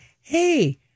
hey